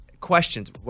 Questions